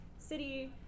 city